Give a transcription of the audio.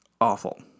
awful